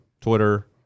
Twitter